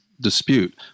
dispute